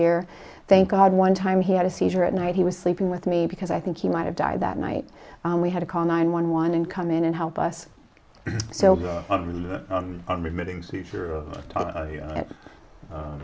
year thank god one time he had a seizure at night he was sleeping with me because i think he might have died that night we had to call nine one one and come in and help us so